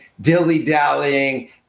dilly-dallying